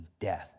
death